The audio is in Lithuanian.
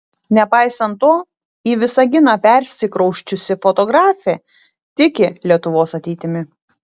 nepaisant to į visaginą persikrausčiusi fotografė tiki lietuvos ateitimi